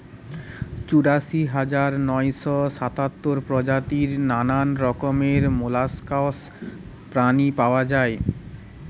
চুরাশি হাজার নয়শ সাতাত্তর প্রজাতির নানা রকমের মোল্লাসকস প্রাণী পাওয়া যায়